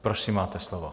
Prosím, máte slovo.